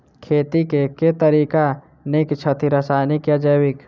खेती केँ के तरीका नीक छथि, रासायनिक या जैविक?